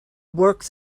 works